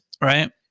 Right